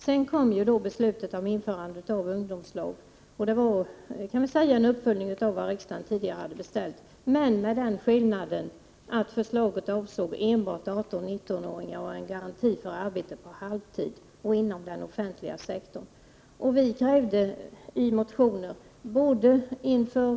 Sedan kom förslaget om införande av ungdomslag, och det var en uppföljning av vad riksdagen tidigare hade beställt men med den skillnaden att förslaget avsåg enbart 18-19-åringar och innebar en garanti för arbete på halvtid och inom den offentliga sektorn. Vi krävde i motioner både innan — Prot.